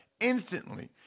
instantly